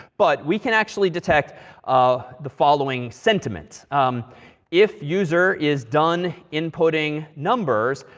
but we can actually detect ah the following sentiments um if user is done inputting numbers,